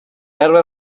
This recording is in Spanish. árbol